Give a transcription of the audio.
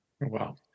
Wow